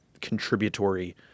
contributory